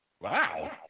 Wow